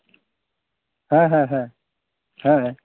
ᱦᱮᱸ ᱦᱮᱸ ᱦᱮᱸ ᱦᱮᱸ